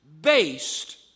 based